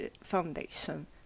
Foundation